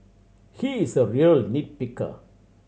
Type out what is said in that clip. he is a real nit picker